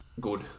good